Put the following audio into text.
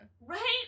Right